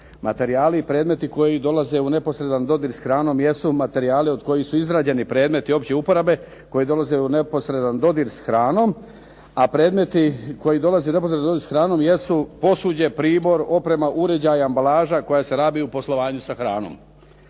Materijali i predmeti koji dolaze u neposredan dodir s hranom jesu materijali od koji su izrađeni predmeti od opće uporabe koji dolaze u neposredan dodir s hranom. A predmeti koji dolaze u neposredan dodir s hranom jesu posuđe, pribor, oprema, uređaji, ambalaža koja se radi u poslovanju sa hranom.